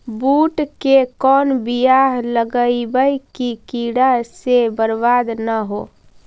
बुंट के कौन बियाह लगइयै कि कीड़ा से बरबाद न हो?